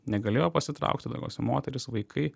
negalėjo pasitraukti daugiausia moterys vaikai